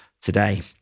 today